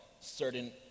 certain